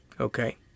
Okay